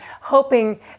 hoping